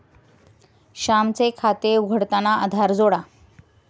श्यामचे खाते उघडताना आधार जोडा